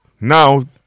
now